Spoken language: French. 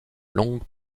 longue